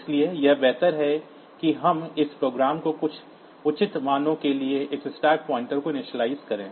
इसलिए यह बेहतर है कि हम इस प्रोग्राम को कुछ उचित मानों के लिए इस स्टैक पॉइंटर को इनिशियलाइज़ करें